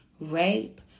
rape